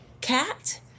Cat